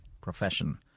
profession